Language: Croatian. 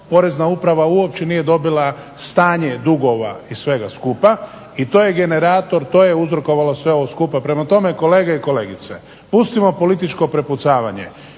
Porezna uprava uopće nije dobila stanje dugova i svega skupa i to je generator, to je uzrokovalo sve ovo skupa. Prema tome, kolege i kolegice, pustimo političko prepucavanje,